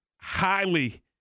highly –